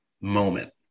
moment